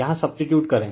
यहाँ सब्सटीटयूट करें